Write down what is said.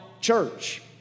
church